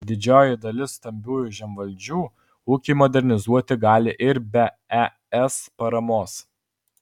didžioji dalis stambiųjų žemvaldžių ūkį modernizuoti gali ir be es paramos